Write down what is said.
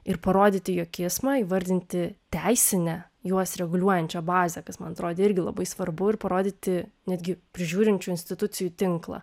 ir parodyti jo kismą įvardinti teisinę juos reguliuojančią bazę kas man atrodė irgi labai svarbu ir parodyti netgi prižiūrinčių institucijų tinklą